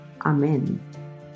Amen